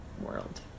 world